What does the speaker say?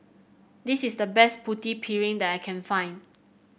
this is the best Putu Piring that I can find